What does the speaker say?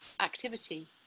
activity